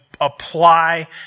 apply